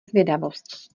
zvědavost